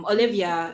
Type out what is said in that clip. Olivia